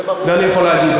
את זה אני יכול להגיד.